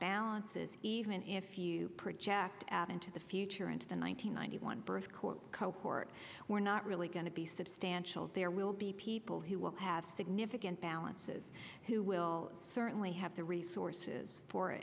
balances even if you project at into the future into the one nine hundred ninety one birth court cohort we're not really going to be substantial there will be people who will have significant balances who will certainly have the resources for